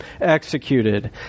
executed